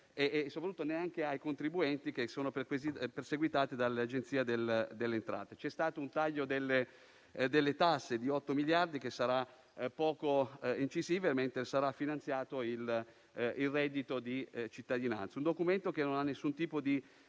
esistenti, e neanche ai contribuenti, che sono perseguitati dall'Agenzia delle entrate. C'è stato un taglio delle tasse di 8 miliardi, che sarà poco incisivo, mentre sarà finanziato il reddito di cittadinanza. È un documento che non ha nessun tipo di